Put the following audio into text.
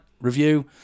review